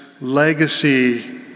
legacy